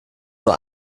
nur